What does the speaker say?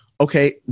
Okay